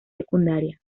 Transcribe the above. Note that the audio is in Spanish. secundaria